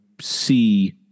see